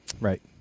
Right